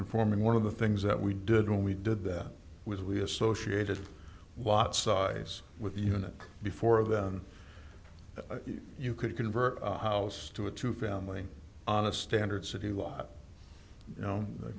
conforming one of the things that we did when we did that was we associated lot size with you know before that you could convert a house to a two family on a standard city lot you know the